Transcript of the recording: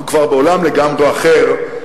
אנחנו כבר בעולם לגמרי אחר.